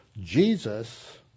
Jesus